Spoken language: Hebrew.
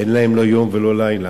אין להם לא יום ולא לילה,